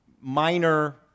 minor